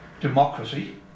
democracy